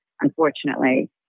unfortunately